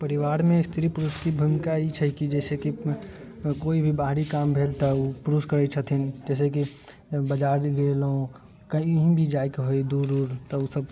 परिवारमे स्त्री पुरुषके भूमिका ई छै कि जैसेकि कोइ भी बाहरी काम भेल तऽ ओ पुरुष करैत छथिन जैसेकि बजार गेलहुँ कही भी जायके होइ दूर दूर तब ओ सब